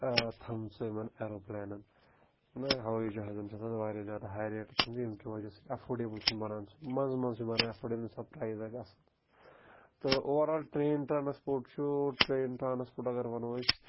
تھَمژٕ یِمَن ایٚروپٕلینَن نہ ہوٲیی جہازَن چھِ آسان واریاہ زیادٕ ہاے ریٹ تھمژٕ ییٚمہِ کہِ وجہ سۭتۍ اٮ۪فٲڈیبٕل چھُنہٕ بَنان سُہ منٛزٕ منٛز چھُ بَنان اٮ۪فٲڈیبٕل ییٚمہِ وِزِ سۄ پرٛایز آسہِ اَصٕل تہٕ اوٚوَرآل ٹرٛین ٹرٛانَسپوٹ چھُ ٹرٛین ٹرٛانَسپوٹ اگر وَنو أسۍ